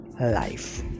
life